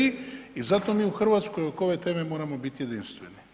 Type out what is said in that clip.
I zato mi u Hrvatskoj oko ove teme moramo biti jedinstveni.